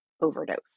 overdose